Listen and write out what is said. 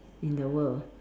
in the world